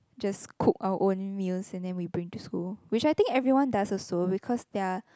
just cooked our own meals and then we bring to school which I think everyone does also because there are